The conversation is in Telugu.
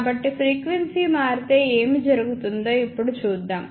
కాబట్టి ఫ్రీక్వెన్సీ మారితే ఏమి జరుగుతుందో ఇప్పుడు చూద్దాం